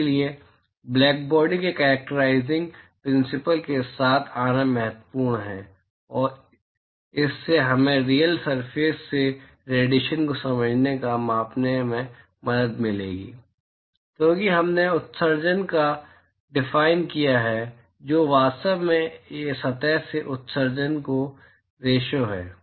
इसलिए ब्लैकबॉडी के characterising principles के साथ आना महत्वपूर्ण है और इससे हमें रीयल सरफेस से रेडिएशन को समझने या मापने में मदद मिलेगी क्योंकि हमने उत्सर्जन को डिफाइन किया है जो वास्तव में सतह से उत्सर्जन का रेशिओ है